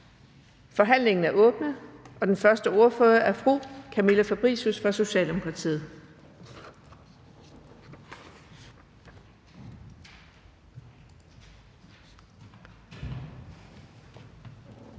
Forhandlingen er åbnet. Den første ordfører er fru Camilla Fabricius fra Socialdemokratiet.